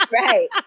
right